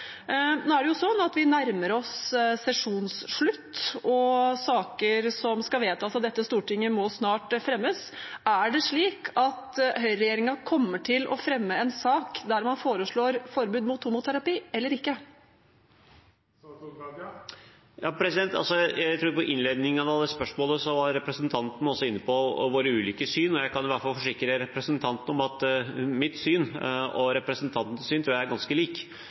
Nå er det jo sånn at vi nærmer oss sesjonsslutt, og saker som skal vedtas av dette stortinget, må snart fremmes. Er det slik at høyreregjeringen kommer til å fremme en sak der man foreslår forbud mot homoterapi – eller ikke? I innledningen av det spørsmålet var representanten inne på våre ulike syn, og jeg kan i hvert fall forsikre representanten om at jeg tror mitt syn og representantens syn er ganske likt på dette området. Så er